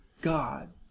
God